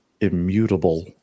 immutable